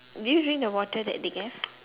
did you drink the water that they gave